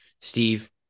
steve